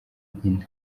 nkina